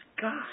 God